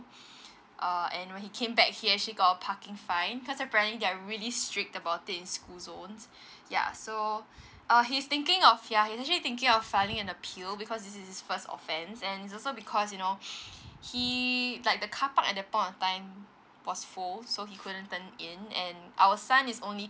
uh and when he came back he actually got a parking fine cause apparently they're really strict about in school zones ya so uh he's thinking of ya he's actually thinking of filing an appeal because this is his first offence and is also because you know he like the carpark at that point of time was full so he couldn't turn in and our son is only